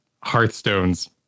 Hearthstone's